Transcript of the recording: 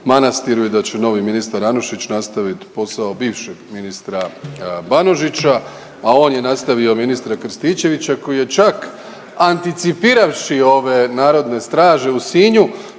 da će novi ministar Anušić nastavit posao bivšeg ministra Banožića, a on je nastavio ministra Krstičevića koji je čak anticipiravši ove narodne straže u Sinju